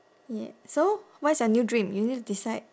ya so what is your new dream you need to decide